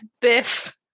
Biff